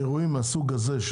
אירועים מהסוג הזה,